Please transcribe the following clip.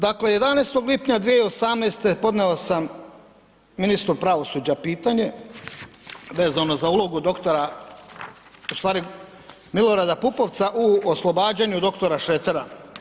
Dakle, 11. lipnja 2018. podnio sam ministru pravosuđa pitanje vezano za ulogu doktora, u stvari Milorada Pupovca u oslobađanju doktora Šretera.